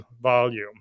volume